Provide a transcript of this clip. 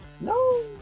No